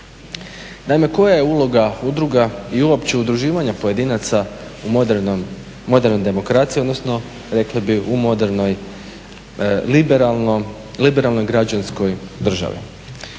Naime koja je uloga udruga i uopće udruživanja pojedinaca u modernoj demokraciji, odnosno rekli bi u modernoj, liberalnoj građanskoj državi?